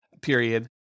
period